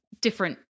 different